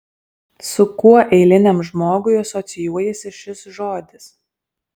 su kuo eiliniam žmogui asocijuojasi šis žodis